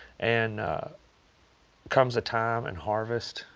and comes a time and harvest,